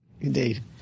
Indeed